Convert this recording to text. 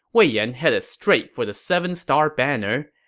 wei yan headed straight for the seven-star banner.